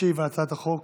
ישיב על הצעת החוק